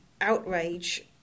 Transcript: outrage